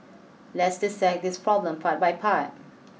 let's dissect this problem part by part